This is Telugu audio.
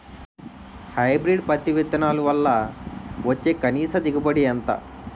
హైబ్రిడ్ పత్తి విత్తనాలు వల్ల వచ్చే కనీస దిగుబడి ఎంత?